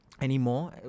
Anymore